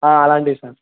అలాంటివి సార్